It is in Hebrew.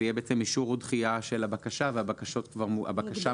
זה יהיה אישור או דחייה של הבקשה והבקשה מוגדרת.